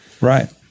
Right